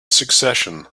succession